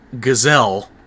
Gazelle